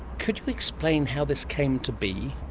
could you explain how this came to be?